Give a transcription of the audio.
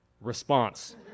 response